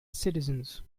citizens